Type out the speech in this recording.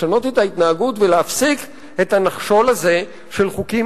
לשנות את ההתנהגות ולהפסיק את הנחשול הזה של חוקים